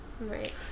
Right